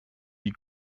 die